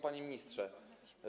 Panie Ministrze!